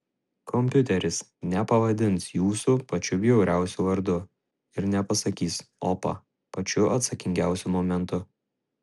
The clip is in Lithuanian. kompiuteris nepavadins jūsų pačiu bjauriausiu vardu ir nepasakys opa pačiu atsakingiausiu momentu